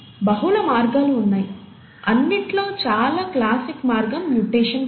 బహుళ మార్గాలు ఉన్నాయిఅన్నిట్లో చాలా క్లాసిక్ మార్గం మ్యుటేషన్ ప్రక్రియ